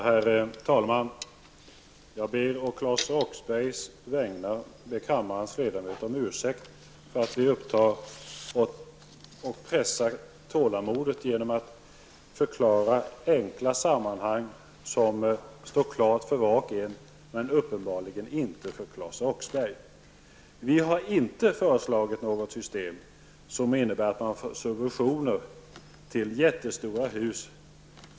Herr talman! Jag ber på Claes Roxberghs vägnar kammarens ledamöter om ursäkt för att vi pressar deras tålamod genom att förklara enkla sammanhang som står klara för var och en men uppenbarligen inte för Claes Roxbergh. Vi har inte föreslagit något system som innebär att man får subventioner till jättestora hus.